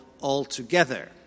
altogether